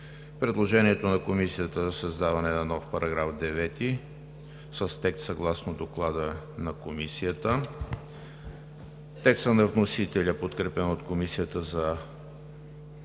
предложението на Комисията за създаване на нов § 9, с текст съгласно Доклада на Комисията; текста на вносителя, подкрепен от Комисията за